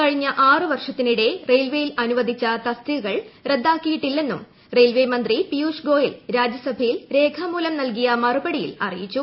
കഴിഞ്ഞ ആറു വർഷത്തിനിടെ റെയിൽവേയിൽ അന്നുപ്പിട്ടീച്ച തസ്തികകൾ റദ്ദാക്കിയിട്ടില്ലെന്നും റെയിൽവേ മന്ത്രി ്പീയൂഷ് ഗോയൽ രാജ്യസഭയിൽ രേഖാമൂലം നൽക്കീയി മറുപടിയിൽ അറിയിച്ചു